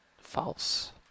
false